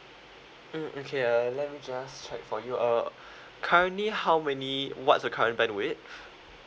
mm okay uh let me just check for you uh currently how many what's the current bandwidth